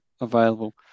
available